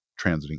transiting